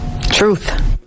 truth